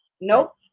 nope